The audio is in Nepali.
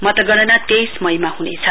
मतगणना तेइस मईमा हुनेछ